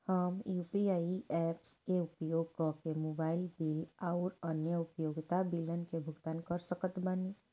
हम UPI apps के उपयोग करके मोबाइल बिल आउर अन्य उपयोगिता बिलन के भुगतान कर सकत बानी